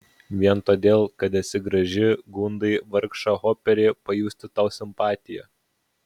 vien todėl kad esi graži gundai vargšą hoperį pajusti tau simpatiją